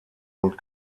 und